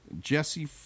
Jesse